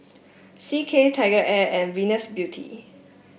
C K TigerAir and Venus Beauty